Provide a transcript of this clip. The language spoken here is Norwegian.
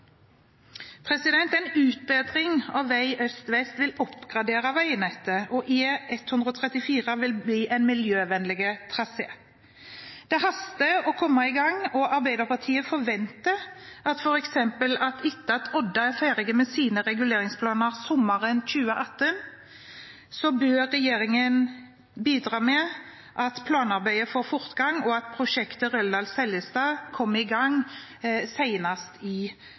En utbedring av veien fra øst til vest vil oppgradere veinettet, og E134 vil bli en miljøvennlig trasé. Det haster å komme i gang, og Arbeiderpartiet forventer at regjeringen – når f.eks. Odda er ferdig med sine reguleringsplaner sommeren 2018 – bidrar til at planarbeidet får fortgang, og at prosjektet Røldal–Seljestad kommer i gang i løpet av første periode. Det er et paradoks at det står i